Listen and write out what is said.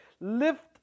Lift